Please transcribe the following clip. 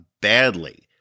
badly